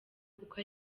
kuko